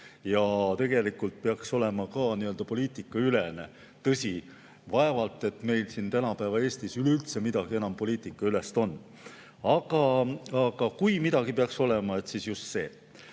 Tegelikult peaks ta olema ka nii-öelda poliitikaülene, kuigi tõsi, vaevalt et meil siin tänapäeva Eestis üldse midagi poliitikaülest on, aga kui midagi peaks olema, siis just see.